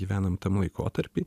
gyvenam tam laikotarpy